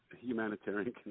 humanitarian